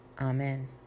Amen